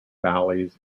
valleys